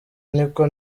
niko